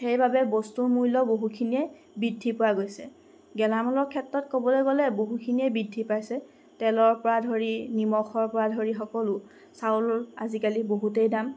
সেইবাবে বস্তুৰ মূল্য বহুখিনিয়ে বৃদ্ধি পোৱা গৈছে গেলামালৰ ক্ষেত্ৰলৈ বহুখিনিয়ে বৃদ্ধি পাইছে তেলৰপৰা ধৰি নিমখৰপৰা ধৰি সকলো চাউল আজিকালি বহুতেই দাম